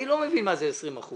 אני לא מבין מה זה 20 אחוזים.